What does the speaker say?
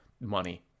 money